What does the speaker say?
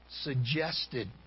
suggested